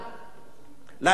לאזרח הקטן